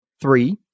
Three